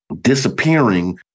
disappearing